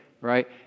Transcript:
right